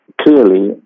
clearly